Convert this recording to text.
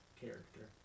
Character